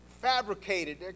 fabricated